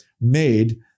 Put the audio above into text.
made